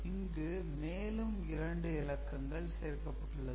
இங்கு மேலும் இரண்டு இலக்கங்கள் சேர்க்கப்பட்டுள்ளது